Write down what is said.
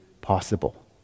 possible